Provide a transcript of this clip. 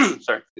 sorry